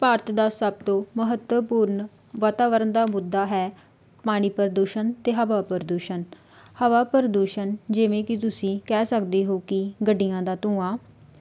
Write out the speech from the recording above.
ਭਾਰਤ ਦਾ ਸਭ ਤੋਂ ਮਹੱਤਵਪੂਰਨ ਵਾਤਾਵਰਨ ਦਾ ਮੁੱਦਾ ਹੈ ਪਾਣੀ ਪ੍ਰਦੂਸ਼ਣ ਅਤੇ ਹਵਾ ਪ੍ਰਦੂਸ਼ਣ ਹਵਾ ਪ੍ਰਦੂਸ਼ਣ ਜਿਵੇਂ ਕਿ ਤੁਸੀਂ ਕਹਿ ਸਕਦੇ ਹੋ ਕਿ ਗੱਡੀਆਂ ਦਾ ਧੂੰਆਂ